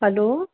hello